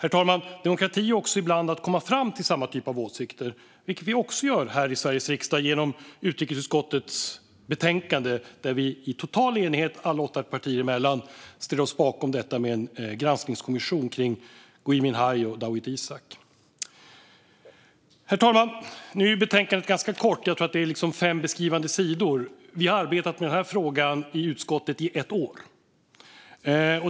Demokrati är också ibland att komma fram till samma typ av åsikter, vilket vi också gör här i Sveriges riksdag genom utrikesutskottets betänkande, där vi i total enighet alla åtta partier emellan ställer oss bakom detta med en granskningskommission när det gäller Gui Minhai och Dawit Isaak. Herr talman! Nu är betänkandet ganska kort. Jag tror att det är fem beskrivande sidor. Vi har arbetat med den här frågan i utskottet i ett år.